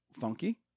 funky